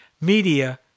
media